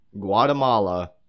Guatemala